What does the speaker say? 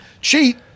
cheat